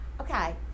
Okay